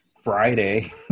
Friday